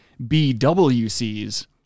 BWCs